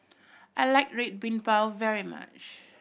I like Red Bean Bao very much